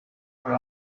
her